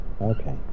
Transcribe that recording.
Okay